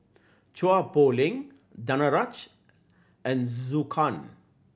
Chua Poh Leng Danaraj and Zhou Can